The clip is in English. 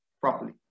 properly